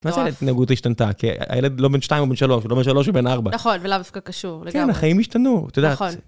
מה זה, התנהגות השתנתה, כי הילד לא בין שתיים, הוא בין שלוש, הוא לא בין שלוש, הוא בין ארבע. נכון, ולאו דווקא קשור לגמרי. כן, החיים השתנו, אתה יודע.